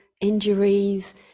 injuries